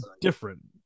different